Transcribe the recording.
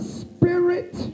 spirit